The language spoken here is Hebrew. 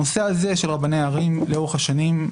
הנושא הזה של רבני ערים לאורך השנים,